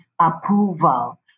approval